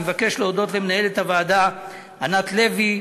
אני מבקש להודות למנהלת הוועדה ענת לוי.